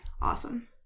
awesome